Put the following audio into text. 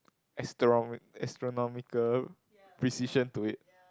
astro~ astronomical precision to it